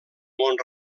món